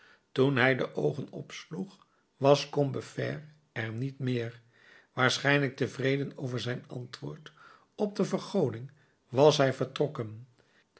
toen hij de oogen opsloeg was combeferre er niet meer waarschijnlijk tevreden over zijn antwoord op de vergoding was hij vertrokken